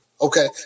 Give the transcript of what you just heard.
Okay